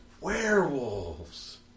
Werewolves